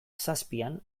zazpian